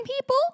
people